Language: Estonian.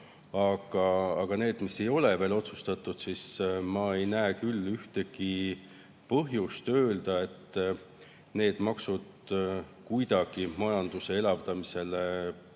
Aga need, mis ei ole veel otsustatud – ma ei näe küll ühtegi põhjust öelda, et need maksud kuidagi majanduse elavdamisele